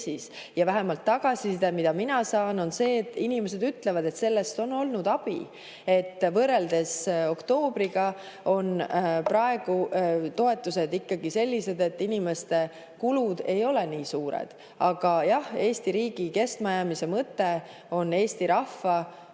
Ja vähemalt tagasiside, mida mina saan, on see, et inimesed ütlevad, et sellest on olnud abi. Võrreldes oktoobriga on praegu toetused ikkagi sellised, et inimeste kulud ei ole nii suured. Aga jah, Eesti riigi kestmajäämise mõte on eesti rahvuse,